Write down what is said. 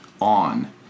on